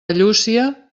llúcia